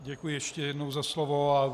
Děkuji ještě jednou za slovo.